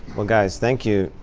well, guys, thank you.